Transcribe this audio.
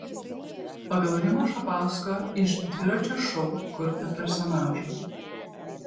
pagal rimo šapausko iš dviračio šou kurtą personažą